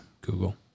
Google